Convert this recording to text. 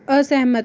असहमत